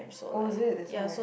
oh is it that's why ah